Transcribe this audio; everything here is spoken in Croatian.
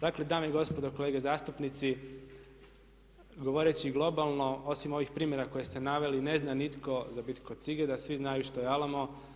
Dakle dame i gospodo kolege zastupnici govoreći globalno osim ovih primjera koje ste naveli ne zna nitko za Bitku kod Sigeta a svi znaju što je Alamo.